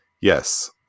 Yes